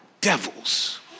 devils